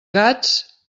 gats